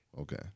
Okay